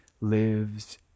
lives